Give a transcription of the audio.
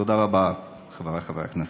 תודה רבה, חברי חברי הכנסת.